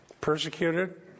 persecuted